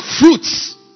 fruits